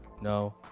no